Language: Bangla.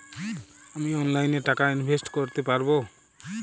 আমি অনলাইনে টাকা ইনভেস্ট করতে পারবো?